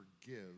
forgive